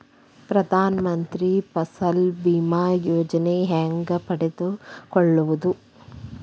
ಪ್ರಧಾನ ಮಂತ್ರಿ ಫಸಲ್ ಭೇಮಾ ಯೋಜನೆ ಹೆಂಗೆ ಪಡೆದುಕೊಳ್ಳುವುದು?